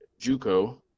juco